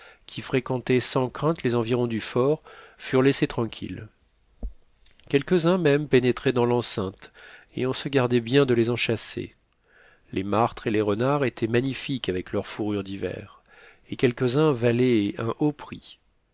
qui fréquentaient sans crainte les environs du fort furent laissés tranquilles quelques-uns même pénétraient dans l'enceinte et on se gardait bien de les en chasser les martres et les renards étaient magnifiques avec leur fourrure d'hiver et quelques-uns valaient un haut prix